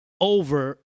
over